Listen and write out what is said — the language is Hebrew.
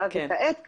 כעת,